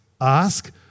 Ask